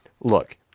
Look